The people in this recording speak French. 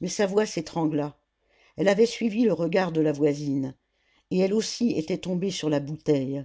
mais sa voix s'étrangla elle avait suivi le regard de la voisine et elle aussi était tombée sur la bouteille